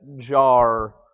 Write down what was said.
jar